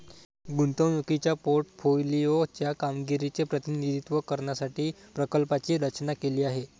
गुंतवणुकीच्या पोर्टफोलिओ च्या कामगिरीचे प्रतिनिधित्व करण्यासाठी प्रकल्पाची रचना केली आहे